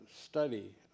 study